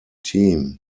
team